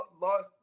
lost